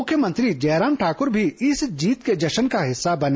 मुख्यमंत्री जयराम ठाकुर भी जीत के इस जश्न का हिस्सा बने